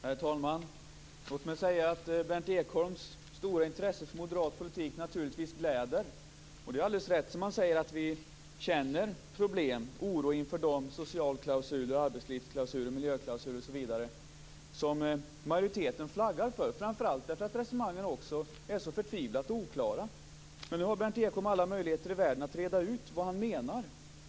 Herr talman! Låt mig säga att Berndt Ekholms stora intresse för moderat politik naturligtvis gläder. Det är alldeles riktigt, som han säger, att vi känner oro inför de socialklausuler, arbetslivsklausuler, miljöklausuler osv. som majoriteten flaggar för, framför allt därför att resonemangen är så förtvivlat oklara. Nu har Berndt Ekholm alla möjligheter i världen att reda ut vad han menar.